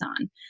on